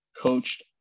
coached